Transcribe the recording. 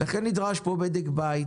לכן נדרש פה בדק בית